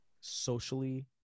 socially